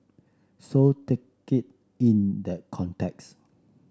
so take it in that context